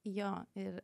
jo ir